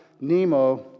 Nemo